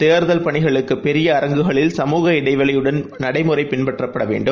தேர்தல் பணிகளுக்குபெரிய அரங்குகளில் சமுக இடைவெளியுடன் நடைமுறைபின்பற்றப்படவேண்டும்